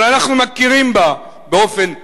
אבל אנחנו מכירים בה באופן מעשי.